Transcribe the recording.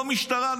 לא משטרה,